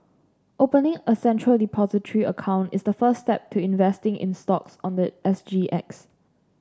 opening a Central Depository account is the first step to investing in stocks on the S G X